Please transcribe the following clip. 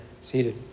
Seated